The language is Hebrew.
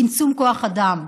צמצום כוח אדם,